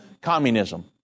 communism